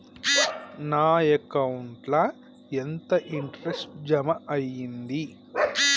నా అకౌంట్ ల ఎంత ఇంట్రెస్ట్ జమ అయ్యింది?